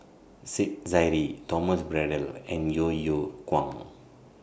Said Zahari Thomas Braddell and Yeo Yeow Kwang